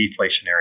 deflationary